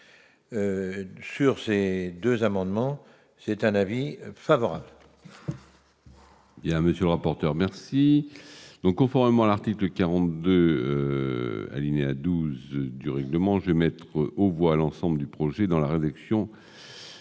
sur ces 2 amendements, c'est un avis favorable.